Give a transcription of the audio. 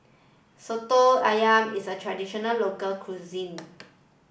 Soto Ayam is a traditional local cuisine